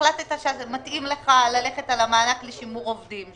והחלטת שמתאים לך ללכת על המענק לשימור עובדים,